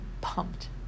Pumped